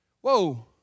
Whoa